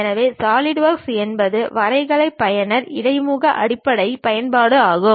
எனவே சாலிட்வொர்க்ஸ் என்பது வரைகலை பயனர் இடைமுக அடிப்படையிலான பயன்பாடு ஆகும்